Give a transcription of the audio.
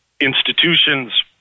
institutions